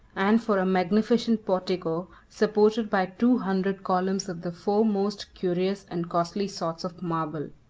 and for a magnificent portico, supported by two hundred columns of the four most curious and costly sorts of marble.